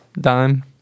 Dime